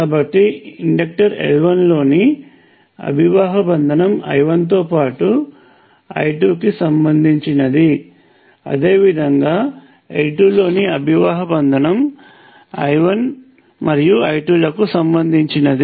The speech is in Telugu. కాబట్టి ఇండక్టర్ L1 లోని అభివాహ బంధనం I1 తో పాటు I2 కి సంబంధించినది అదేవిధంగా L2 లోని అభివాహ బంధనం I1 మరియు I2 లకు సంబంధించినది